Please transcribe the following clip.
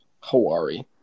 Hawaii